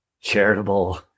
charitable